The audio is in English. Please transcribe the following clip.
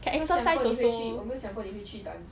can exercise also